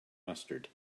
mustard